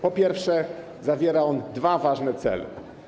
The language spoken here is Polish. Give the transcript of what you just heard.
Po pierwsze, zawiera on dwa ważne cele.